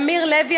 אמיר לוי,